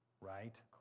Right